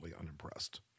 unimpressed